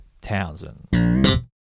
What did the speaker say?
Townsend